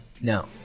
No